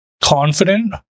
confident